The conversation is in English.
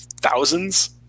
thousands